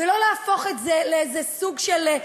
ולא להפוך את זה לאיזה סוג של,